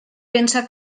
pensa